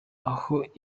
aho